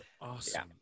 awesome